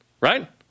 Right